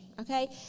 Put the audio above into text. Okay